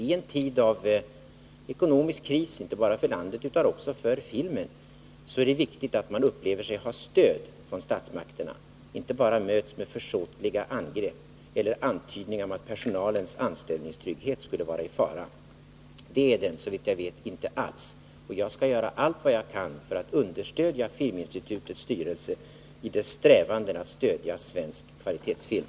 I en tid av ekonomisk kris inte bara för landet utan också för filmen är det viktigt att man upplever sig ha stöd från statsmakterna och inte bara möts av försåtliga angrepp eller antydningar om att personalens anställningstrygghet skulle vara i fara. Det är den — såvitt jag vet — inte alls, och jag skall göra allt vad jag kan för att bistå Filminstitutets styrelse i dess strävanden att stödja svensk kvalitetsfilm.